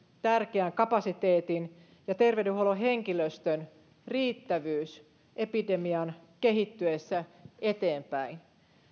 tärkeän kapasiteetin ja terveydenhuollon henkilöstön riittävyys epidemian kehittyessä eteenpäin